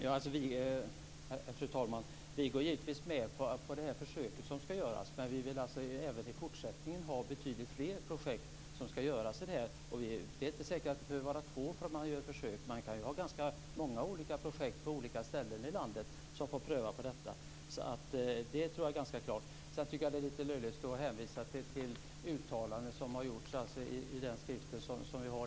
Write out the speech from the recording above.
Fru talman! Vi är givetvis med på de försök som ska genomföras, men vi vill ha fler projekt även i fortsättningen. Det är inte säkert att det måste vara två projekt för att det ska räknas som ett försök. Det kan ju vara ganska många olika projekt på olika ställen i landet som får pröva detta. Sedan tycker jag att det är lite löjligt att hänvisa till uttalanden som har gjorts.